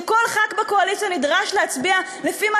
וכל חבר כנסת בקואליציה נדרש להצביע לפי מה